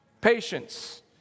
Patience